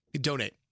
donate